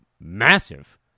massive